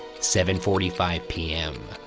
seven forty five p m.